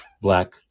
black